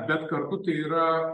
bet kartu tai yra